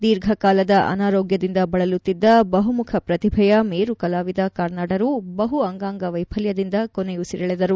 ದೀರ್ಘ ಕಾಲದ ಅನಾರೋಗ್ಲದಿಂದ ಬಳಲುತ್ತಿದ್ದ ಬಹುಮುಖ ಪ್ರತಿಭೆಯ ಮೇರುಕಲಾವಿದ ಕಾರ್ನಾಡರು ಬಹುಅಂಗಾಂಗ ವ್ಯೆಫಲ್ಲದಿಂದ ಕೊನೆಯುಸಿರೆಳೆದರು